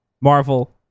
Marvel